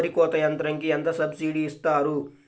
వరి కోత యంత్రంకి ఎంత సబ్సిడీ ఇస్తారు?